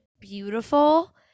beautiful